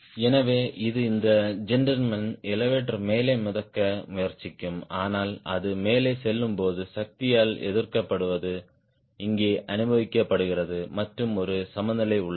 எனவே இது இந்த ஜென்டில்மேன் எலெவடோர் மேலே மிதக்க முயற்சிக்கும் ஆனால் அது மேலே செல்லும்போது சக்தியால் எதிர்க்கப்படுவது இங்கே அனுபவிக்கப்படுகிறது மற்றும் ஒரு சமநிலை உள்ளது